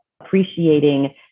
appreciating